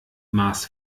maß